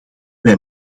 wij